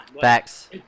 Facts